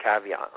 caveat